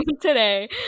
today